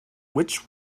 which